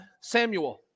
Samuel